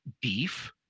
Beef